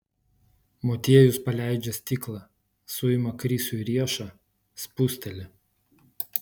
motiejus paleidžia stiklą suima krisiui riešą spusteli